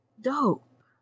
dope